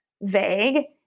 vague